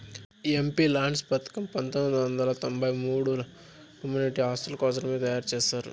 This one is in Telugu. ఎంపీలాడ్స్ పథకం పంతొమ్మిది వందల తొంబై మూడుల కమ్యూనిటీ ఆస్తుల కోసరమే తయారు చేశారు